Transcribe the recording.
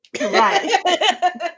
Right